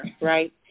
right